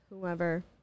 Whoever